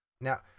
Now